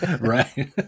Right